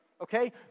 okay